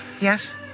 Yes